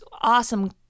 awesome